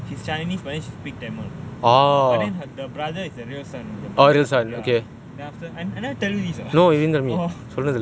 she's chinese but she speaks tamil but then the brother is the real son of the mother okay I never tell you this ah orh